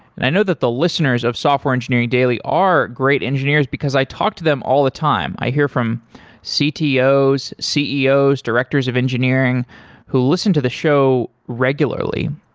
and i know that the listeners of software engineering daily are great engineers, because i talk to them all the time. i hear from ctos, ceos, directors of engineering who listen to the show regularly.